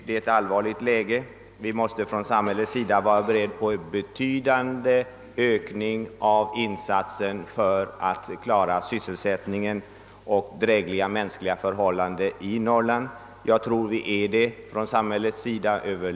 Det är ett allvarligt läge, och vi måste vara beredda att väsentligt öka insatserna från samhällets sida för att klara sysselsättningen och skapa drägliga mänskliga förhållanden i Norrland. Jag tror att vi över lag är beredda att göra det.